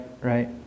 right